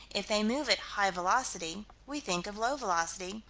if they move at high velocity, we think of low velocity,